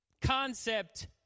Concept